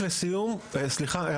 אם